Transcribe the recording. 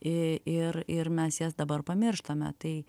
i ir ir mes jas dabar pamirštame tai